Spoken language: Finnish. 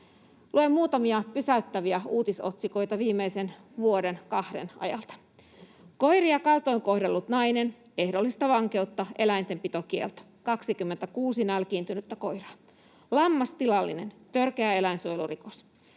Luen muutamia pysäyttäviä uutisotsikoita viimeisen vuoden kahden ajalta: Koiria kaltoin kohdellut nainen, 26 nälkiintynyttä koiraa — ehdollista vankeutta, eläintenpitokielto. Lammastilallinen, törkeä eläinsuojelurikos.